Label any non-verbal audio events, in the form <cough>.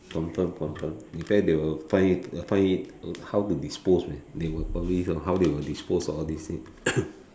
confirm confirm in fact they will find it find it uh how to dispose they they will how they will dispose of all this thing <coughs>